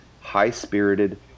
high-spirited